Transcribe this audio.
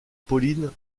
pauline